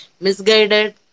misguided